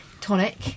tonic